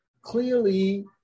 clearly